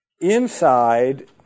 inside